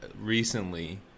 recently